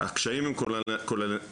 שהקשיים הם כוללניים,